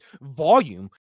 volume